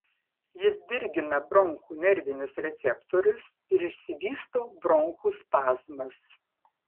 jis dirgina bronchų nervinius receptorius ir išsivysto bronchų spazmas